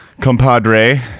compadre